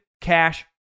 Cash